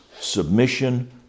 submission